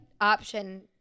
option